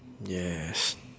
yes